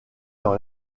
dans